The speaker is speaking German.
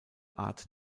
art